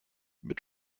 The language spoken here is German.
mit